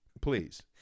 please